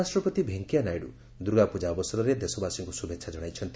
ଉପରାଷ୍ଟ୍ରପତି ଭେଙ୍କିୟାନାଇଡୁ ଦୁର୍ଗାପୂଜା ଅବସରରେ ଦେଶବାସୀଙ୍କୁ ଶୁଭେଚ୍ଛା ଜଣାଇଛନ୍ତି